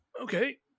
okay